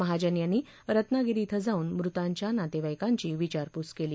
महाजन यांनी रत्नागिरी क्रं जाऊन मृतांच्या नातेवाईकांची विचारपूस केली